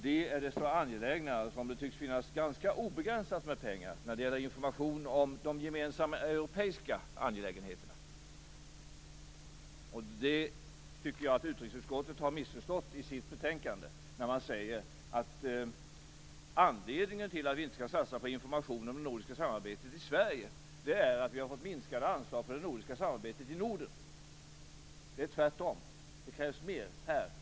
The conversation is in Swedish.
Det är desto angelägnare som det tycks finnas obegränsat med pengar när det gäller information om de gemensamma europeiska angelägenheterna. Jag tycker att utrikesutskottet har missförstått detta i sitt betänkande när man säger att anledningen till att vi inte kan satsa på information om det nordiska samarbetet i Sverige är att vi har fått minskade anslag för det nordiska samarbetet i Norden. Det är tvärtom. Det är då det krävs mer här.